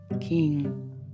King